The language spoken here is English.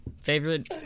favorite